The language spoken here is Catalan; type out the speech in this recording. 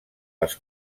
les